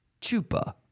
Chupa